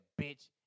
bitch